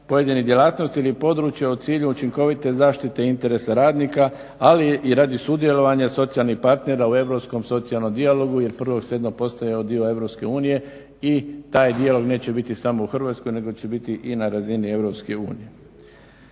pojedinih djelatnosti ili područja u cilju učinkovite zaštite interesa radnika ali i radi sudjelovanja socijalnih partnera u europskom socijalnom dijalogu jer 1.7. postajemo dio EU i taj dijalog neće biti samo u Hrvatskoj nego će biti i na razini EU.